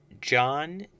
John